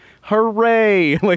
hooray